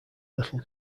little